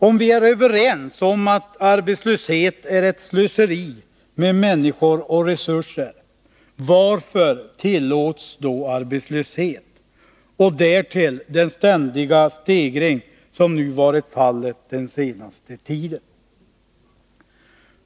Om vi är överens om att arbetslöshet är ett slöseri med människor och resurser, varför tillåts då arbetslöshet och därtill den ständiga stegring som skett under den senaste tiden?